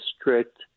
strict